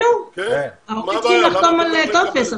ההורה חייב לחתום על הטופס.